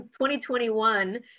2021